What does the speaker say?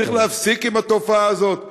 צריך להפסיק עם התופעה הזאת ולומר: